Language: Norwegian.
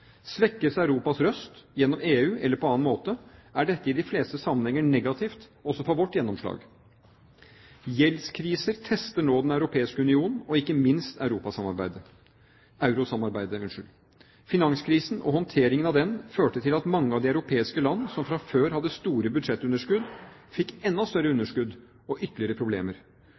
Svekkes Europas røst, gjennom EU eller på annen måte, er dette i de fleste sammenhenger negativt også for vårt gjennomslag. Gjeldskriser tester nå Den europeiske union og ikke minst eurosamarbeidet. Finanskrisen og håndteringen av den førte til at mange av de europeiske land som fra før av hadde store budsjettunderskudd, fikk enda større underskudd og ytterligere problemer.